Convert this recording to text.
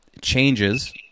changes